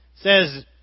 says